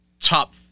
top